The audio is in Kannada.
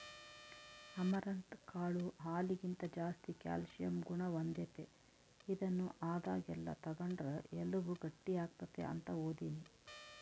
ಅಮರಂತ್ ಕಾಳು ಹಾಲಿಗಿಂತ ಜಾಸ್ತಿ ಕ್ಯಾಲ್ಸಿಯಂ ಗುಣ ಹೊಂದೆತೆ, ಇದನ್ನು ಆದಾಗೆಲ್ಲ ತಗಂಡ್ರ ಎಲುಬು ಗಟ್ಟಿಯಾಗ್ತತೆ ಅಂತ ಓದೀನಿ